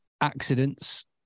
accidents